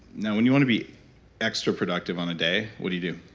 now when you want to be extra productive on a day what do you do?